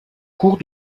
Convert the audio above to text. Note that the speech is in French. cours